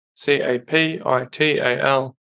C-A-P-I-T-A-L